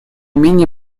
менее